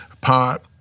pot